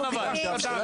בשירות הערבים,